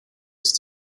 ist